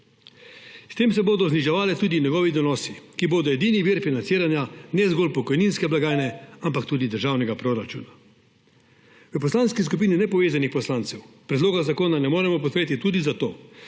S tem se bodo zniževali tudi njegovi donosi, ki bodo edini vir financiranja ne zgolj pokojninske blagajne, ampak tudi državnega proračuna. V Poslanski skupini nepovezanih poslancev predloga zakona ne moremo podpreti tudi zato,